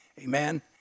Amen